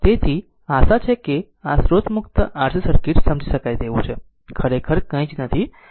તેથી આ આશા છે કે આ સ્ત્રોત મુક્ત RC સર્કિટ સમજી શકાય તેવું છે ખરેખર કંઈ જ નથી ખૂબ જ સરળ વસ્તુ ખૂબ સરળ છે